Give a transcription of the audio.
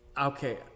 okay